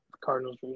Cardinals